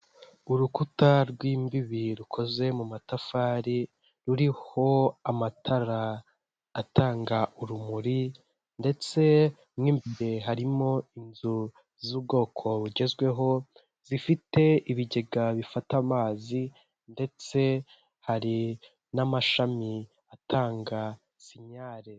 Urukuta rw'imbibi rukoze mu matafari ruriho amatara atanga urumuri ndetse n'imbere harimo inzu z'ubwoko bugezweho zifite ibigega bifata amazi ndetse hari n'amashami atanga sinyayre.